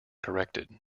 corrected